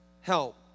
help